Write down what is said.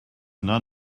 not